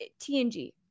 TNG